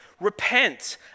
Repent